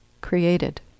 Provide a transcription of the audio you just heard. created